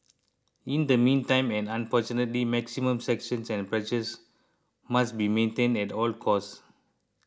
in the meantime and unfortunately maximum sanctions and pressures must be maintained at all cost